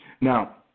Now